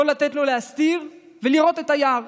לא לתת לו להסתיר, ולראות את היער.